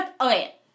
okay